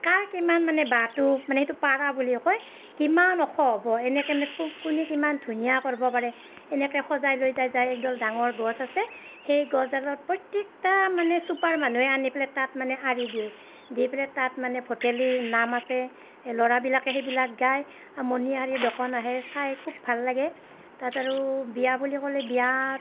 কাৰ কিমান মানে বাঁহটো মানে এইটো পাৰা বুলিও কয় কিমান ওখ হ'ব এনেকে কোনে কিমান ধুনীয়া কৰিব পাৰে এনেকে সজাই লৈ যায় যায় একদম ডাঙৰ গছ আছে সেই গছডালৰ প্ৰত্যেকটা মানে চুবাৰ মানুহে আনি পেলাই তাত মানে আঁৰি দিয়ে দি পেলাই তাত মানে ভঠেলিৰ নাম আছে এই ল'ৰাবিলাক সেইবিলাক গাই মনোহাৰী দোকান আহে চাই খুব ভাল লাগে তাত আৰু বিয়া বুলি ক'লে বিয়াত